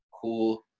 cool